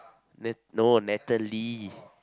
Nat no Natalie